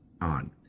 on